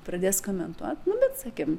pradės komentuot nu bet sakėm